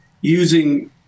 using